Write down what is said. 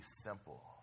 simple